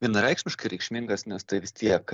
vienareikšmiškai reikšmingas nes tai vis tiek